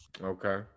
Okay